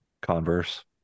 converse